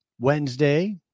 Wednesday